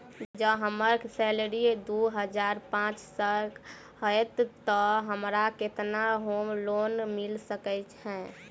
जँ हम्मर सैलरी दु हजार पांच सै हएत तऽ हमरा केतना होम लोन मिल सकै है?